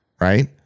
right